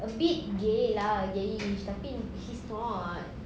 a bit gay lah gayish tapi he's not